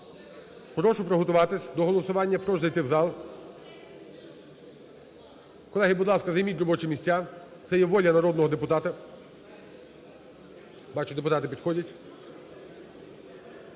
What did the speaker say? Прошу приготуватись до голосування, прошу зайти в зал. Колеги, будь ласка, займіть робочі місця. Це є воля народного депутата. Бачу, депутати підходять.